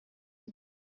cye